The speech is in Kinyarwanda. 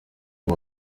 ubu